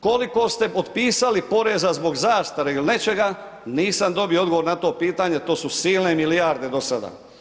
Koliko ste otpisali poreza zbog zastare ili nečega, nisam dobio odgovor na to pitanje, to su silne milijarde do sada.